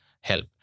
help